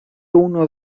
uno